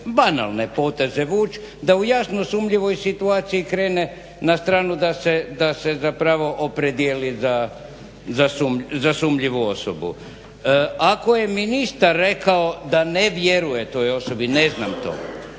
banalne poteze vući da u jasno sumnjivoj situaciji krene na stranu da se zapravo opredijeli za sumnjivu osobu. Ako je ministar rekao da ne vjeruje toj osobi, ne znam to.